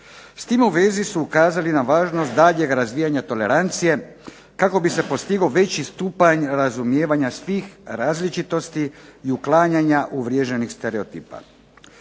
S time u vezi su ukazali na važnost daljnjeg razvijanja tolerancije kako bi se postigao veći stupanj razumijevanja svih različitosti i uklanjanja uvriježenih stereotipa.